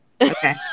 Okay